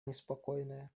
неспокойная